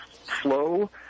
flow